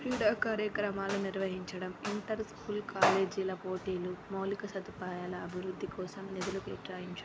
క్రీడా కార్యక్రమాలను నిర్వహించడం ఇంటర్ స్కూల్ కాలేజీల పోటీలు మౌలిక సదుపాయాల అభివృద్ధి కోసం నిధులు కేటాయించడం